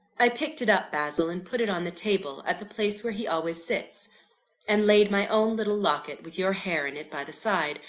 i picked it up, basil, and put it on the table, at the place where he always sits and laid my own little locket, with your hair in it, by the side,